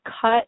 cut